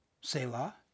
Selah